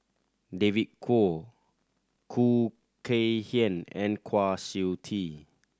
David Kwo Khoo Kay Hian and Kwa Siew Tee